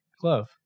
Glove